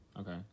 Okay